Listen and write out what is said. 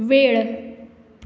वेळ